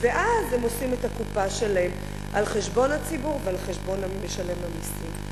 ואז הם עושים את הקופה שלהם על חשבון הציבור ועל חשבון משלם המסים.